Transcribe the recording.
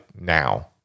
now